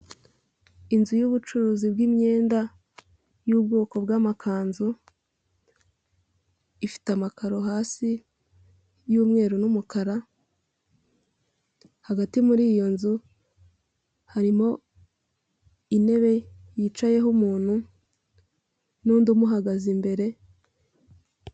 Inzu y'ubucuruzi bw'imyenda y'ubwoko bw'amakanzu, ifite amakaro hasi y'umweru n'umukara, hagati muri iyo nzu harimo intebe yicayeho umuntu n'undi umuhagaze imbere